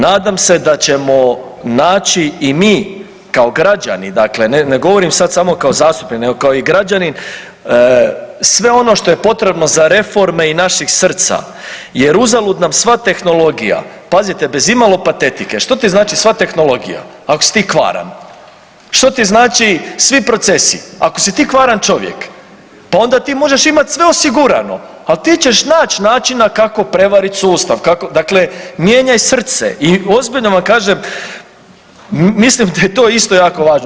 Nadam se da ćemo naći i mi kao građani, dakle ne govorim sad samo kao zastupnik nego kao i građanin sve ono što je potrebno za reforme i naših srca jer uzalud nam sva tehnologija, pazite bez imalo patetike, što ti znači sva tehnologija ako si ti kvaran, što ti znači svi procesi, ako si ti kvaran čovjek pa onda ti možeš imati sve osigurano, al ti ćeš naći načina kako prevarit sustav, dakle mijenjaj srce i ozbiljno vam kažem mislim da je to isto jako važno.